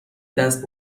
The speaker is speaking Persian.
دست